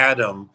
Adam